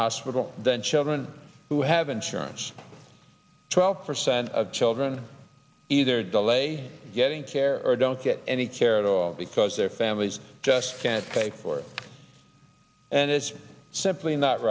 hospital than children who have insurance twelve percent of children either delay getting care or don't get any care at all because their families just can't pay for it and it's simply not